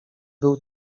był